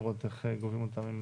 לראות איך גובים אותם.